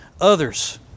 others